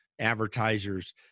Advertisers